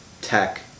tech